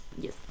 yes